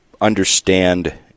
understand